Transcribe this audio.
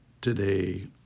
today